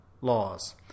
laws